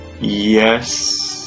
Yes